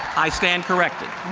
i stand corrected.